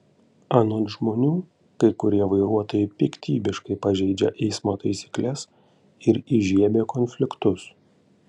anot žmonių kai kurie vairuotojai piktybiškai pažeidžia eismo taisykles ir įžiebia konfliktus